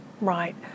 right